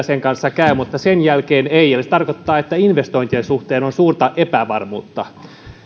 sen kanssa käy mutta sen jälkeen emme ja se se tarkoittaa että investointien suhteen on suurta epävarmuutta